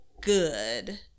good